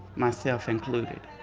myself included,